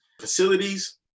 Facilities